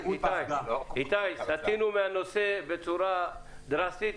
סטינו מהנושא בצורה דרסטית.